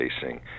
facing